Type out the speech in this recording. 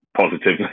positively